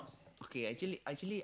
okay actually actually